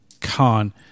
Con